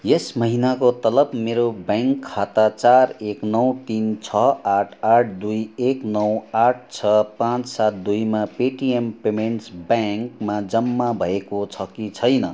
यस महिनाको तलब मेरो ब्याङ्क खाता चार एक नौ तीन छ आठ आठ दुई एक नौ आठ छ पाँच सात दुईमा पेटिएम पेमेन्ट्स ब्याङ्कमा जम्मा भएको छ कि छैन